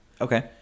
okay